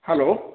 hello